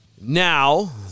Now